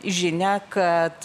žinią kad